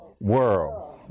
world